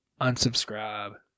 unsubscribe